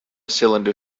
cylinder